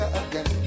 again